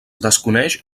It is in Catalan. desconeix